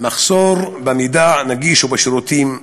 מחסור במידע נגיש ובשירותים,